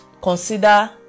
consider